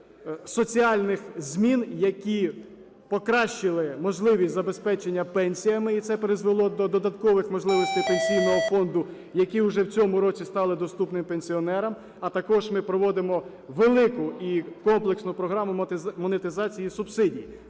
соціальних змін, які покращили можливість забезпечення пенсіями, і це призвело до додаткових можливостей Пенсійного фонду, які вже в цьому році стали доступні пенсіонерам, а також ми проводимо велику і комплексну програму монетизації субсидій.